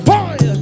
Boy